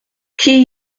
qui